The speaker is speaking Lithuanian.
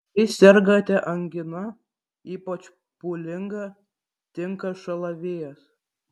jei sergate angina ypač pūlinga tinka šalavijas